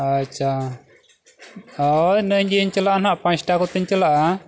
ᱟᱪᱪᱷᱟ ᱦᱳᱭ ᱱᱮᱜᱼᱮ ᱜᱮᱧ ᱪᱟᱞᱟᱜᱼᱟ ᱱᱟᱜ ᱯᱟᱸᱪᱴᱟ ᱠᱚᱛᱮᱧ ᱪᱟᱞᱟᱜᱼᱟ